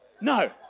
no